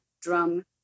drum